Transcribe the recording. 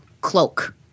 Cloak